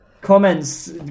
Comments